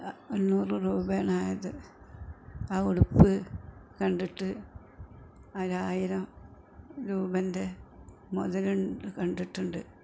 അഞ്ഞൂറ് രൂപയാണ് ആയത് ആ ഉടുപ്പ് കണ്ടിട്ട് അതിന് ആയിരം രൂപൻ്റെ മുതലുണ്ട് കണ്ടിട്ട് ഉണ്ട്